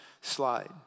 slide